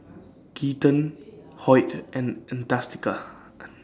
Keaton Hoyt and Adastacia